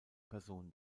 person